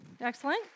Excellent